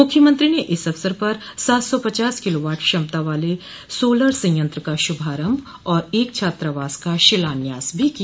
मख्यमंत्री ने इस अवसर पर सात सौ पचास किलोवाट क्षमता वाले सोलर संयंत्र का शुभारम्भ और एक छात्रावास का शिलान्यास भी किया